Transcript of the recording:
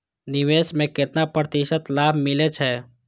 निवेश में केतना प्रतिशत लाभ मिले छै?